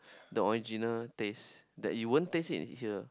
the original taste that you won't taste it here